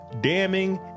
damning